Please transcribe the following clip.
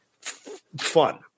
fun